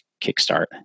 kickstart